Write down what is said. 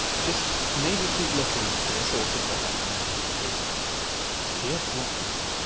just maybe keep looking for the source of what that thing is because the earth is not flat.